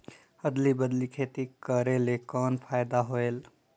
अदली बदली खेती करेले कौन फायदा होयल?